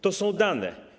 To są dane.